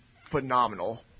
phenomenal